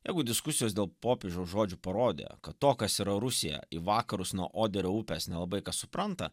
jeigu diskusijos dėl popiežiaus žodžių parodė kad to kas yra rusija į vakarus nuo oderio upės nelabai kas supranta